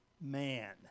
man